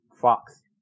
Fox